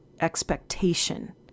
expectation